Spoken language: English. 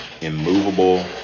immovable